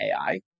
AI